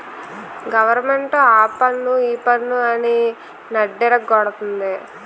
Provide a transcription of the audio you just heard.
government ఆపన్ను ఈపన్ను అని నడ్డిరగ గొడతంది